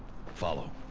follow.